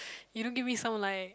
you don't give me some like